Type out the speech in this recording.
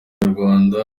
inyarwanda